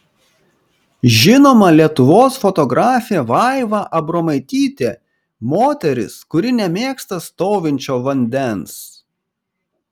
žinoma lietuvos fotografė vaiva abromaitytė moteris kuri nemėgsta stovinčio vandens